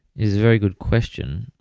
it's a very good question.